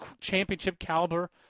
championship-caliber